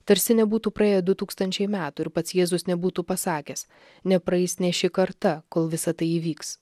tarsi nebūtų praėję du tūkstančiai metų ir pats jėzus nebūtų pasakęs nepraeis nė ši karta kol visa tai įvyks